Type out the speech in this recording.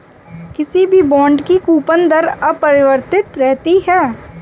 किसी भी बॉन्ड की कूपन दर अपरिवर्तित रहती है